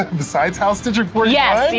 besides house district forty yeah